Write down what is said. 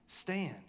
Stand